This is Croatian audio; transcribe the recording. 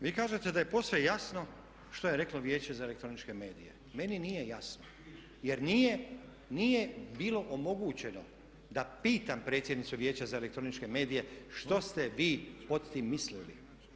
Vi kažete da je posve jasno što je reklo Vijeće za elektroničke medije, meni nije jasno jer nije bilo omogućeno da pitam predsjednicu Vijeća za elektroničke medije što ste vi pod tim mislili.